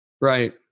Right